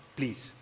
Please